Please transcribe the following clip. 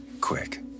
quick